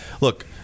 look